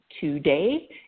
today